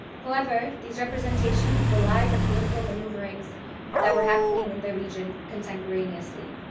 however, these representations belied the political maneuverings that were happening in the region contemporaneously.